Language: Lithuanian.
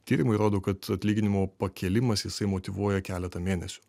tyrimai rodo kad atlyginimo pakėlimas jisai motyvuoja keletą mėnesių